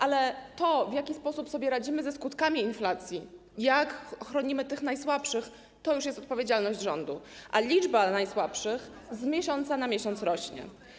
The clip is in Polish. Ale to, w jaki sposób sobie radzimy ze skutkami inflacji, jak chronimy tych najsłabszych, to już jest odpowiedzialność rządu, a liczba najsłabszych z miesiąca na miesiąc rośnie.